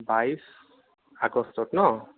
বাইছ আগষ্টত ন